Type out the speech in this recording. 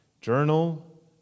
journal